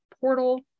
portal